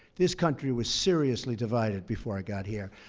this country was seriously divided before i got here.